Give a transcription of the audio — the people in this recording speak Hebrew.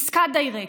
עסקה דיירקט,